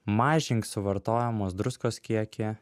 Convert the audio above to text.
mažinti suvartojamos druskos kiekį